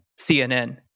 CNN